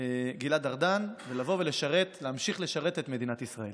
גלעד ארדן להמשיך לשרת את מדינת ישראל.